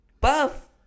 buff